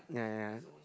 ya ya